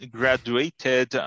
graduated